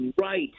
right